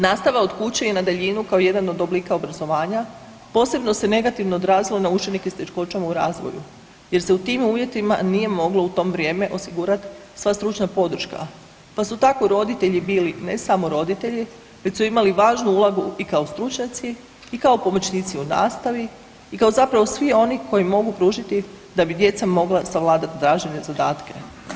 Nastava od kuće i na daljinu kao jedan od oblika obrazovanja posebno se negativno odrazilo na učenike s teškoćama u razvoju jer se u tim uvjetima nije moglo u to vrijeme osigurati sva stručna podrška pa su tako roditelji bili, ne samo roditelji, već su imali ulogu i kao stručnjaci i kao pomoćnici u nastavi i kao zapravo svi oni koji mogu pružiti da bi djeca mogla savladati tražene zadatke.